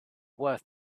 worth